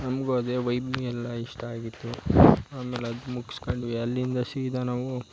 ನಮಗೂ ಅದೇ ವೈಬಿನಿ ಎಲ್ಲ ಇಷ್ಟ ಆಗಿತ್ತು ಆಮೇಲೆ ಅದು ಮುಗ್ಸ್ಕೊಂಡು ಅಲ್ಲಿಂದ ಸೀದಾ ನಾವೂ